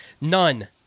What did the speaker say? none